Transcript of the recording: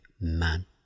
man